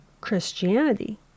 Christianity